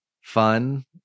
fun